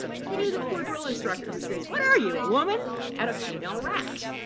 pity the poor drill instructor who screams what are you, a woman at a female rat.